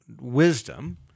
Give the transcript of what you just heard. wisdom